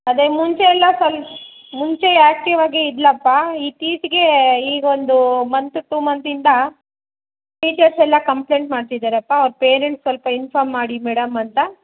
ಅದೇ ಮುಂಚೆ ಎಲ್ಲ ಸ್ವಲ್ಪ ಮುಂಚೆ ಆಕ್ಟಿವಾಗೆ ಇದ್ಲಪ್ಪ ಇತ್ತೀಚೆಗೆ ಈಗೊಂದು ಮಂಥ್ ಟೂ ಮಂಥಿಂದ ಟೀಚರ್ಸೆಲ್ಲ ಕಂಪ್ಲೇಂಟ್ ಮಾಡ್ತಿದ್ದಾರಪ್ಪ ಅವರ ಪೇರೆಂಟ್ಸ್ ಸ್ವಲ್ಪ ಇನ್ಫಾರ್ಮ್ ಮಾಡಿ ಮೇಡಮ್ ಅಂತ